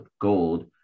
gold